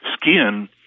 skin